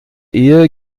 ehe